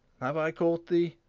have i caught thee?